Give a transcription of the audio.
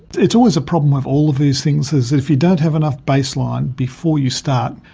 it's always a problem with all of these things, is if you don't have enough baseline before you start,